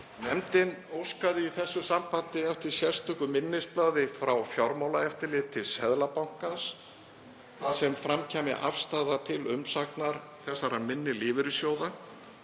Nefndin óskaði í þessu sambandi eftir sérstöku minnisblaði frá Fjármálaeftirliti Seðlabankans þar sem fram kæmi afstaða til umsagnar þessara minni lífeyrissjóða